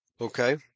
Okay